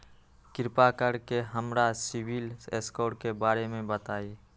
कृपा कर के हमरा सिबिल स्कोर के बारे में बताई?